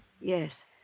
Yes